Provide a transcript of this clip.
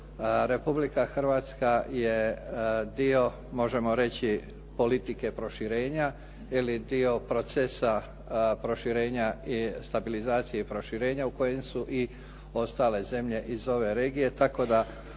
Republika Hrvatska je dio, možemo reći, politike proširenja ili dio procesa proširenja i stabilizacije i proširenja u kojem su i ostale zemlje iz ove regije,